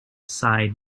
side